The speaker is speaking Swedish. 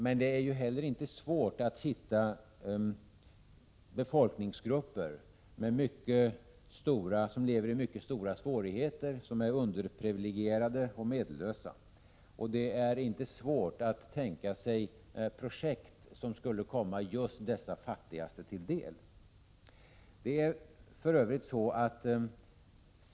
Men det är ju inte heller svårt att hitta befolkningsgrupper, som lever i mycket stora svårigheter, som är underprivilegierade och medellösa. Det är inte svårt att tänka sig projekt som skulle komma just dessa fattigaste till del.